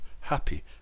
happy